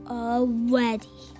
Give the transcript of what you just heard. already